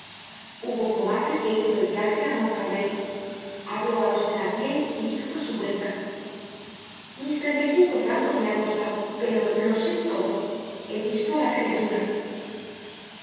hubo comadre que hizo el viaje á montfermeil habló content from google book search generated at á los thenardier y dijo á su vuelta mis treinta y cinco francos me ha costado pero lo sé todo he visto á la criatura